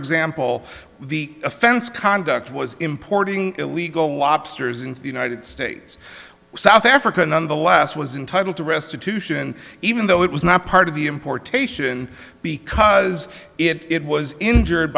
example the offense conduct was importing illegal lobsters into the united states south africa nonetheless was entitle to restitution even though it was not part of the importation because it was injured